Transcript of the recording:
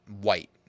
white